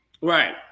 Right